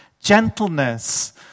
gentleness